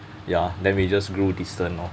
ya then we just grew distant lor